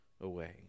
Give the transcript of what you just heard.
away